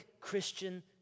Christian